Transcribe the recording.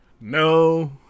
No